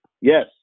Yes